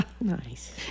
nice